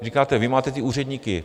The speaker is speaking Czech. Říkáte, vy máte ty úředníky.